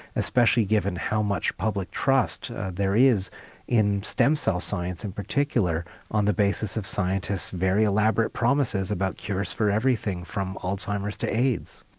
especially given how much public trust there is in stem cell science in particular on the basis of scientists' very elaborate promises about cures from everything from alzheimer's to aids.